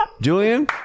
Julian